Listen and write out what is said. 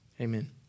Amen